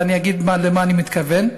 ואני אגיד למה אני מתכוון.